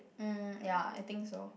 mm ya I think so